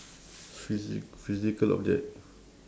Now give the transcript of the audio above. physic~ physical object